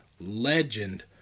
legend